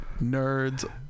Nerds